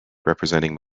representing